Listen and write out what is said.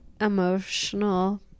emotional